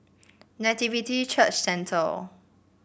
Nativity Church Centre